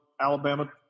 Alabama